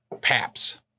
paps